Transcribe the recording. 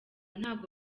ntabwo